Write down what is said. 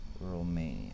Romania